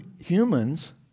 humans